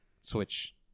Switch